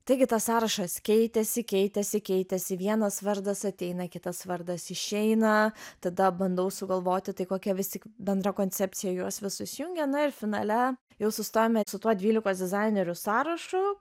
taigi tas sąrašas keitėsi keitėsi keitėsi vienas vardas ateina kitas vardas išeina tada bandau sugalvoti tai kokia vis tik bendra koncepcija juos visus jungia na ir finale jau sustojome su tuo dvylikos dizainerių sąrašu